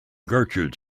gertrude